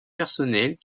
personnels